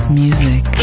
music